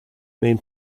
main